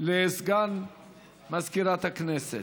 לסגן מזכירת הכנסת.